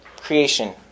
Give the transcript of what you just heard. Creation